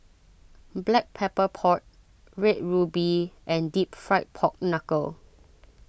Black Pepper Pork Red Ruby and Deep Fried Pork Knuckle